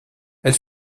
elle